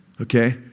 Okay